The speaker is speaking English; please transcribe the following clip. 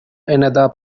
another